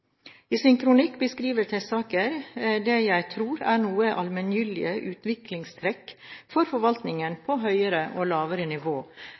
I sin kronikk beskriver Tesaker det jeg tror er noen allmenngyldige utviklingstrekk for forvaltningen på høyere og lavere nivå.